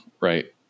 right